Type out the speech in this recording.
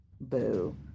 Boo